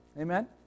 Amen